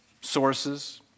sources